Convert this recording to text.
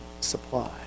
supply